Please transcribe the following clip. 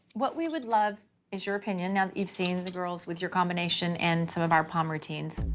what we would love is your opinion, now that you've seen the girls with your combination and some of our palm routines.